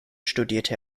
studierte